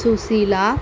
Susheela